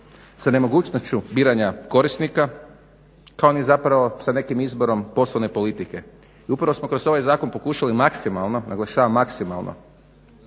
s nemogućnošću biranja korisnika kao ni zapravo sa nekim izborom poslovne politike. I upravo smo kroz ovaj zakon pokušali maksimalno, naglašavam maksimalno